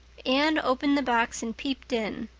anne opened the box and peeped in.